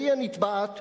והיא הנתבעת,